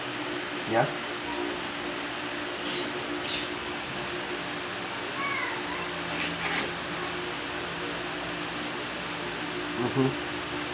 ya mmhmm